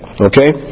Okay